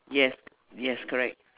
yes yes correct